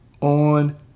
on